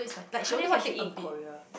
!huh! then what she eat in Korea